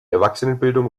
erwachsenenbildung